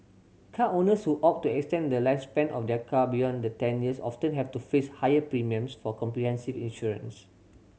car owners who opt to extend the lifespan of their car beyond the ten years often have to face higher premiums for comprehensive insurance